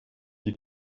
die